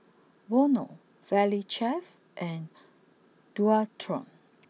Vono Valley Chef and Dualtron